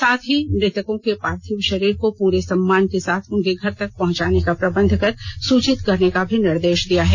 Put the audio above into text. साथ ही मृतकों के पार्थिव शरीर को पूरे सम्मान के साथ उनके घर तक पहुँचाने का प्रबंध कर सूचित करने का भी निर्देष दिया है